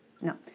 no